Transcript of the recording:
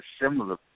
similar